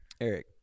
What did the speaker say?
Eric